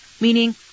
Meaning